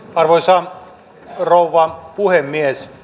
arvoisa rouva puhemies